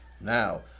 Now